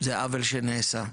זה עוול שנעשה,